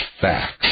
facts